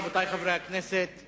רבותי חברי הכנסת,